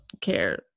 care